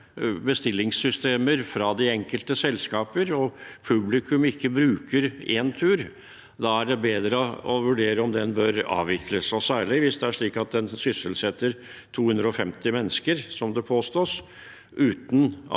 bestillingssystemer fra de enkelte selskaper, og publikum ikke bruker Entur, er det bedre å vurdere om det bør avvikles, og særlig hvis det er slik at det sysselsetter 250 mennesker, som det påstås, uten at